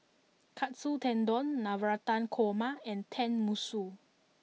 Katsu Tendon Navratan Korma and Tenmusu